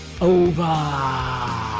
over